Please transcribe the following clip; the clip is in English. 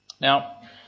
Now